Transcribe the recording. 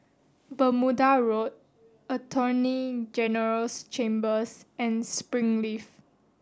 Bermuda Road Attorney General's Chambers and Springleaf